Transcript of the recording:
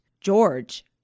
George